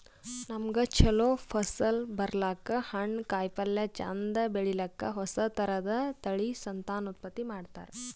ನಮ್ಗ್ ಛಲೋ ಫಸಲ್ ಬರ್ಲಕ್ಕ್, ಹಣ್ಣ್, ಕಾಯಿಪಲ್ಯ ಚಂದ್ ಬೆಳಿಲಿಕ್ಕ್ ಹೊಸ ಥರದ್ ತಳಿ ಸಂತಾನೋತ್ಪತ್ತಿ ಮಾಡ್ತರ್